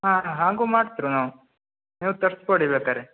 ಹಾಂ ಹಾಗು ಮಾಡ್ತ್ರಿ ನಾವು ನೀವು ತರ್ಸ್ಕೊಡಿ ಬೇಕಾದ್ರೆ